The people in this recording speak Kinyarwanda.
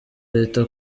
leta